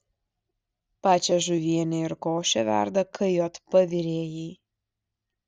pačią žuvienę ir košę verda kjp virėjai